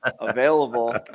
Available